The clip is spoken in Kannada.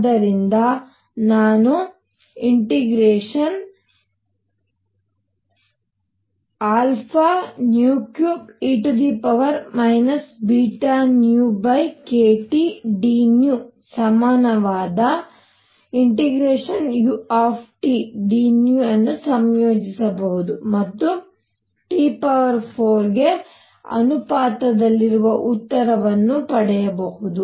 ಆದ್ದರಿಂದ ನಾನು ∫α3e βνkTdνಸಮಾನವಾದ ∫u dν ಅನ್ನು ಸಂಯೋಜಿಸಬಹುದು ಮತ್ತು T4 ಗೆ ಅನುಪಾತದಲ್ಲಿರುವ ಉತ್ತರವನ್ನು ಪಡೆಯಬಹುದು